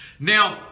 Now